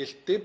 gilti